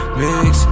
mix